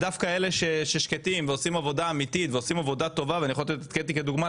אבל אתם הופכים להיות קצת עבדים של דימויים מבחוץ או שאתם נזקקים